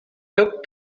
took